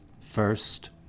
First